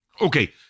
Okay